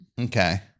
Okay